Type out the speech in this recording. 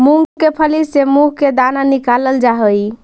मूंग के फली से मुंह के दाना निकालल जा हई